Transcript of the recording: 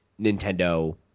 nintendo